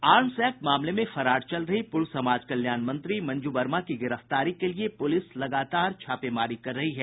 arms act मामले में फरार चल रही पूर्व समाज कल्याण मंत्री मंजू वर्मा की गिरफ्तारी के लिए पुलिस लगातार छापेमारी कर रही है